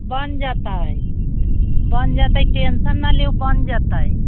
बनि जेतै बनि जेतै टेन्शन नहि लिऔ बनि जेतै